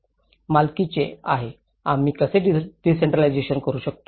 मालकीचे आहे आम्ही कसे डिसेंट्रलाजेशन करू शकतो